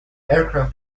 aircraft